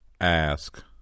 Ask